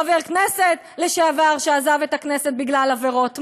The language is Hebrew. חבר כנסת לשעבר שעזב את הכנסת בגלל עבירות מין.